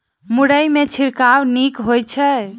मुरई मे छिड़काव नीक होइ छै?